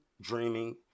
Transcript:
dreaming